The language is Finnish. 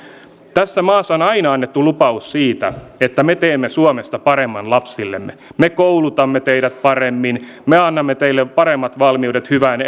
tässä maassa on aina annettu lupaus siitä että me teemme suomesta paremman lapsillemme me koulutamme teidät paremmin me annamme teille paremmat valmiudet hyvään